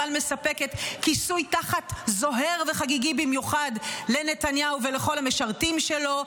אבל מספקת כיסוי תחת זוהר וחגיגי במיוחד לנתניהו ולכל המשרתים שלו,